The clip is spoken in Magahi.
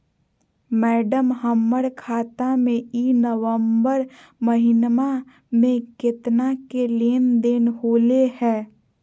मैडम, हमर खाता में ई नवंबर महीनमा में केतना के लेन देन होले है